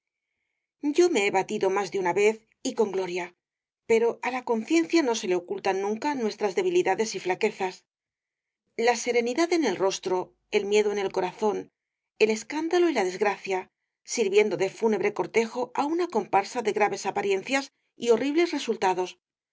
yo me he batido más de una vez y con gloria pero á la conciencia no se le ocultan nunca nuestras debilidades y flaquezas la serenidad en el rostro el miedo en el corazón el escándalo y la desgracia sirviendo de fúnebre cortejo á una comparsa de graves apariencias y horribles resultados